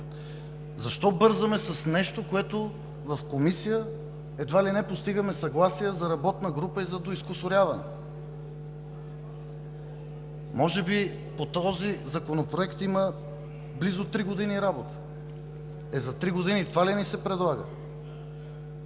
защо бързаме с нещо, за което в Комисия едва ли не постигаме съгласие за работна група и за доизкусуряване? Може би по този Законопроект има близо три години работа. За три години това ли ни се предлага?